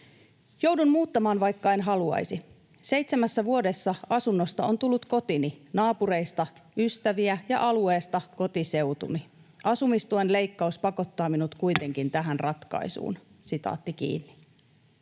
”Joudun muuttamaan, vaikka en haluaisi. Seitsemässä vuodessa asunnosta on tullut kotini, naapureista ystäviä ja alueesta kotiseutuni. Asumistuen leikkaus pakottaa minut kuitenkin tähän ratkaisuun.” ”Olen